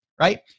right